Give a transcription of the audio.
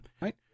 right